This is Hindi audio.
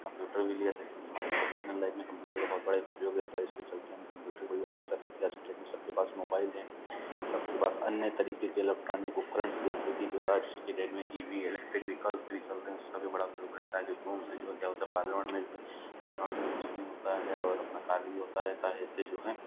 कम्प्यूटर भी लिया था जो कि हमारे प्रोफे़शनल लाइफ़ में कम्प्यूटर का बहुत बड़ा एक उपयोग रहता है इसके चलते हमें कम्प्यूटर की बड़ी आवश्यकता रहती है आज की डेट सबके पास मोबाइल है सबके पास अन्य तरीके के इलेक्ट्रॉनिक उपकरण्स जैसे कि जो है आज की डेट में ई वी है इलेक्ट्रिक विहिकल्स भी चलते हैं उसका भी बड़ा उपयोग रहता है जो कि उनसे जो है क्या होता है पार्यावरण में भी पार्यावरण भी दूषित नहीं होता है और अपना कार्य भी होता रहता है इससे जो हैं